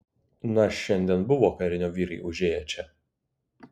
na šiandien buvo karinio vyrai užėję čia